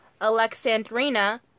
Alexandrina